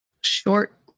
Short